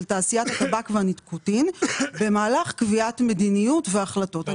תעשיית הטבק והניקוטין במהלך קביעת מדיניות והחלטות.